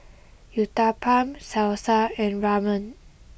Uthapam Salsa and Ramen